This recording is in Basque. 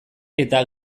eta